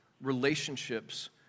relationships